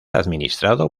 administrado